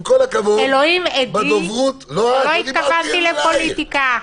עם כל הכבוד --- אלוהים עדי שלא התכוונתי לפוליטיקה.